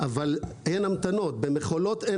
אבל אין המתנות במכולות.